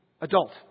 adult